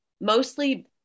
mostly